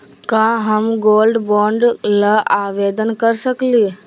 का हम gold bond ल आवेदन कर सकली?